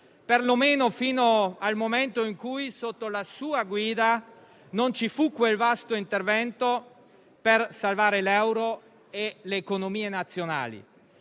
perlomeno fino al momento in cui, sotto la sua guida, non ci fu quel vasto intervento per salvare l'euro e le economie nazionali.